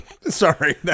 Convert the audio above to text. Sorry